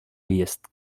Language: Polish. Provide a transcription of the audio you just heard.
jest